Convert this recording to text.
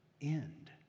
end